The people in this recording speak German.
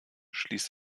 schließt